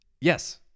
yes